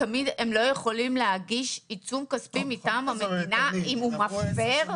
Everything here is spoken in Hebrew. אף פעם הם לא יוכלו להגיש עיצום כספי מטעם המדינה אם הוא מפר?